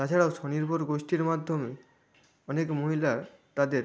তাছাড়াও স্বনির্ভর গোষ্ঠীর মাধ্যমে অনেক মহিলার তাদের